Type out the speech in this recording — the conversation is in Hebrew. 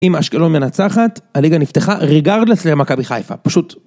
אם אשקלון מנצחת, הליגה נפתחה ריגרדלס למכבי חיפה. פשוט.